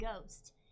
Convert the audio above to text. Ghost